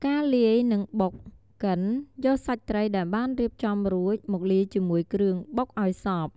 ការលាយ និងបុក ឬ កិន យកសាច់ត្រីដែលបានរៀបចំរួច មកលាយជាមួយគ្រឿងបុកឱ្យសព្វ។